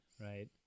right